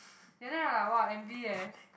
and then I like [wah] envy eh